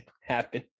happen